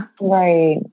Right